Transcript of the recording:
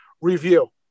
review